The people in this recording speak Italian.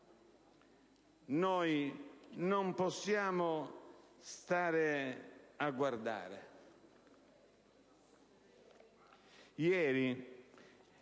Noi non possiamo stare a guardare.